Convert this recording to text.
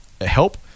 help